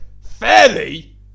Fairly